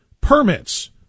permits